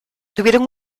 tuvieron